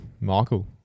Michael